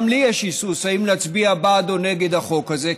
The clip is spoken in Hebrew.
גם לי יש היסוס האם להצביע בעד או נגד החוק הזה.